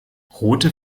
rote